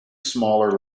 smaller